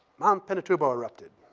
mount pinatubo erupted.